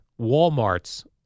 Walmarts